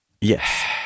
Yes